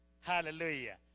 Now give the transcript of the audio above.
Hallelujah